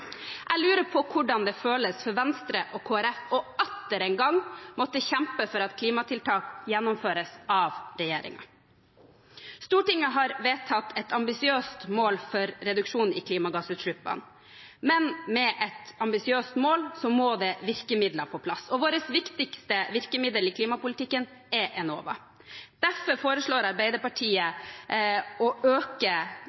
Jeg lurer på hvordan det føles for Venstre og Kristelig Folkeparti atter en gang å måtte kjempe for at klimatiltak gjennomføres av regjeringen. Stortinget har vedtatt et ambisiøst mål for reduksjon i klimagassutslippene, men med et ambisiøst mål må det virkemidler på plass. Vårt viktigste virkemiddel i klimapolitikken er Enova. Derfor foreslår Arbeiderpartiet